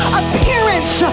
appearance